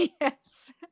yes